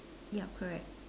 yup correct